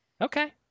Okay